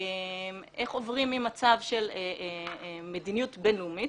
איך עוברים ממצב של מדיניות בין-לאומית,